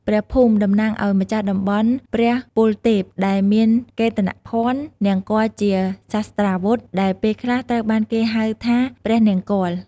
ព្រះភូមិ តំណាងឱ្យម្ចាស់តំបន់ព្រះពលទេព ដែលមានកេតនភណ្ឌ នង្គ័លជាសាស្ត្រាវុធ ដែលពេលខ្លះត្រូវបានគេហៅថា ព្រះនង្គ័ល ។